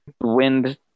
Wind